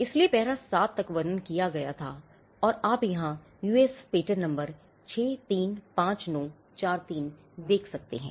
इसलिए पैरा 7 तक वर्णन किया गया था और आप यहां यूएस पेटेंट नंबर 635943 देख सकते हैं